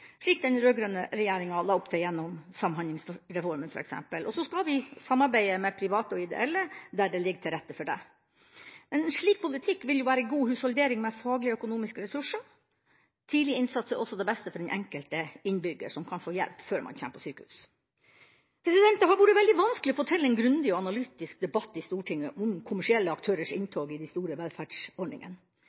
slik den rød-grønne regjeringa la opp til gjennom f.eks. Samhandlingsreformen, og så skal vi samarbeide med private og ideelle, der det ligger til rette for det. En slik politikk vil jo være god husholdering med faglige og økonomiske ressurser. Tidlig innsats er også det beste for den enkelte innbygger, som kan få hjelp før man kommer på sykehus. Det har vært veldig vanskelig å få til en grundig og analytisk debatt i Stortinget om kommersielle aktørers inntog i de store velferdsordningene.